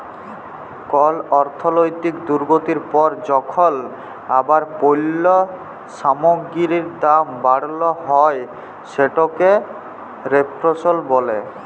call অর্থলৈতিক দুর্গতির পর যখল আবার পল্য সামগ্গিরির দাম বাড়াল হ্যয় সেটকে রেফ্ল্যাশল ব্যলে